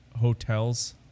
hotels